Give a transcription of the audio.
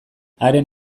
haren